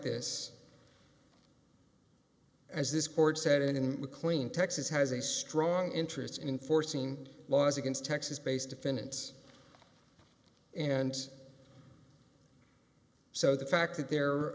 this as this court said in the clean texas has a strong interest in forcing laws against texas based defendants and so the fact that there are